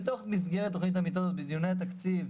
בתוך מסגרת תוכנית המיטות בדיוני התקציב,